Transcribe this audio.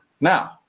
now